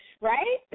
Right